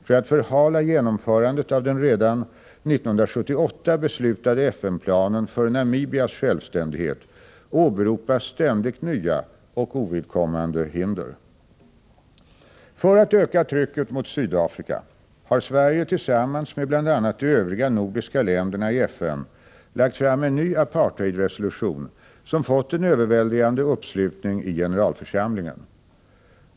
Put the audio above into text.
För att förhala genomförandet av den redan 1978 beslutade FN-planen för Namibias självständighet åberopas ständigt nya och ovidkommande hinder. För att öka trycket mot Sydafrika har Sverige tillsammans med bl.a. de övriga nordiska länderna i FN lagt fram en ny apartheidresolution, som fått en överväldigande uppslutning i generalförsamlingen.